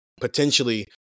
potentially